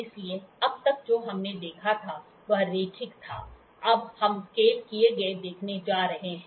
इसलिए अब तक जो हमने देखा था वह रैखिक था अब हम स्केल किए गए देखने जा रहे हैं